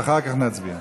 ואחר כך נצביע.